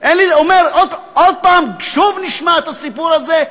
אומר: שוב נשמע את הסיפור הזה,